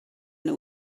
nhw